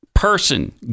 Person